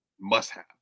must-have